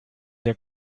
der